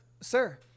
sir